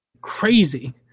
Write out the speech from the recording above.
crazy